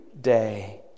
day